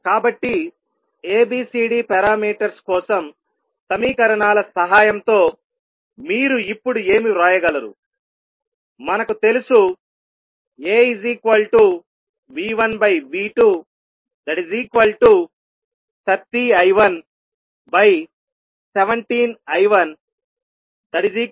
కాబట్టి ABCD parameters కోసం సమీకరణాల సహాయంతో మీరు ఇప్పుడు ఏమి వ్రాయగలరుమనకు తెలుసు AV1V230I117I11